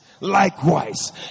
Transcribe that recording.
Likewise